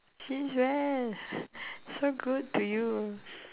since when so good to you